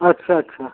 अच्छा अच्छा